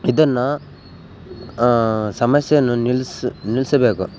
ಇದನ್ನು ಸಮಸ್ಯೆಯನ್ನು ನಿಲ್ಸು ನಿಲ್ಲಿಸ್ಬೇಕು